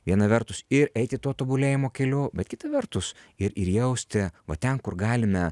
viena vertus ir eiti tuo tobulėjimo keliu bet kita vertus ir ir jausti va ten kur galime